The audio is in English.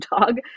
dog